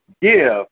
Give